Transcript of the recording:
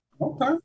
Okay